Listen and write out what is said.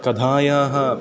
कथायाः